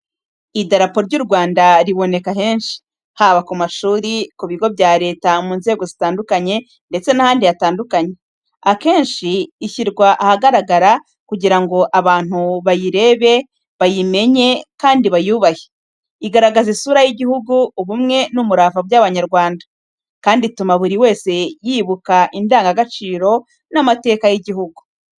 Idarapo ry’u Rwanda riboneka henshi, haba ku mashuri, ku bigo bya Leta mu nzego zitandukanye ndetse n’ahandi hatandukanye. Akenshi ishyirwa ahagaragara kugira ngo abantu bayirebe, bayimenye kandi bayubahe. Igaragaza isura y’igihugu, ubumwe n’umurava w’Abanyarwanda, kandi ituma buri wese yibuka indangagaciro n’amateka y’igihugu.